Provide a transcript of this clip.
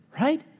right